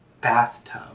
bathtub